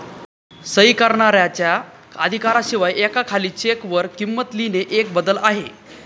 सही करणाऱ्याच्या अधिकारा शिवाय एका खाली चेक वर किंमत लिहिणे एक बदल आहे